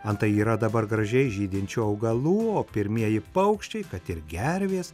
antai yra dabar gražiai žydinčių augalų o pirmieji paukščiai kad ir gervės